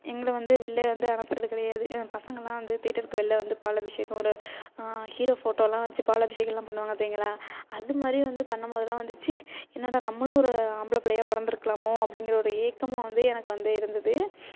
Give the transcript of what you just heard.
எங்களை வந்து வெளில வந்து அனுப்புறது கிடையாது பசங்கள்லாம் வந்து தேட்டருக்கு வெளியில் வந்து பாலாபிஷேகம் ஒரு ஹீரோ ஃபோட்டோலாம் வைச்சி பாலாபிஷேகலாம் பண்ணுவாங்க பார்த்திங்களா அதுமாதிரி வந்து பண்ணும் போதெல்லாம் வந்து ச்சீ என்னடா நம்மளும் ஒரு ஆம்பளை பிள்ளையா பிறந்துருக்குலாமோ அப்படிங்கிற ஒரு ஏக்கமும் வந்து எனக்கு வந்து இருந்தது